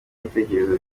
ibitekerezo